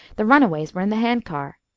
the runaways were in the hand-car.